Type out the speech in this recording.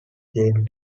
jane